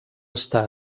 està